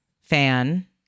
fan